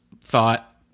thought